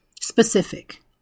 Specific